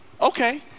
Okay